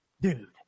Dude